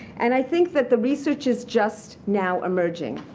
and i think that the research is just now emerging.